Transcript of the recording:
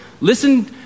listen